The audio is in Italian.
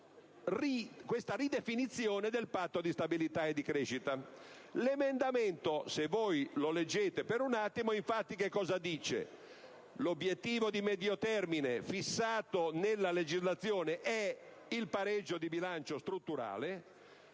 una ridefinizione del Patto di stabilità e crescita. L'emendamento 2.4 (testo 2), se voi lo leggete per un attimo, prevede infatti che l'obiettivo di medio termine fissato nella legislazione è il pareggio di bilancio strutturale;